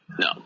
No